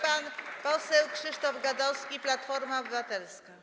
Pan poseł Krzysztof Gadowski, Platforma Obywatelska.